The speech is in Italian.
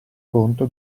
conto